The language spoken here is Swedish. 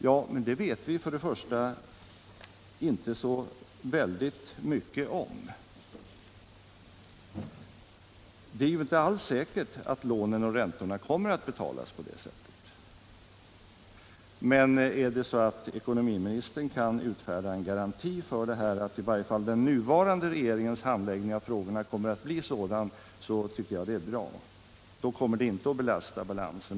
Men det vet vi inte så mycket om. Det är ju inte alls säkert att lånen och räntorna kommer att betalas på det sättet. Kan ekonomiministern utfärda en garanti för att i varje fall den nuvarande regeringens handläggning av frågorna kommer att bli sådan, så tycker jag att det är intressant.